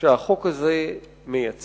שהחוק הזה מייצר,